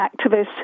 activists